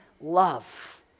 love